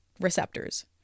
receptors